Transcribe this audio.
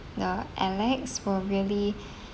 the alex were really